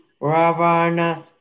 Ravana